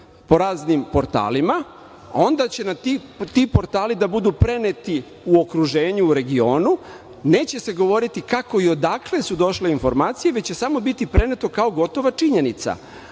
po raznim portalima, a onda će ti portali da budu preneti u regionu. Neće se govoriti kako i odakle su došle informacije, već će samo biti preneto kao gotova činjenica.